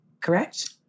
correct